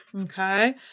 Okay